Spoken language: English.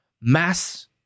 mass